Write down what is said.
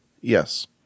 Yes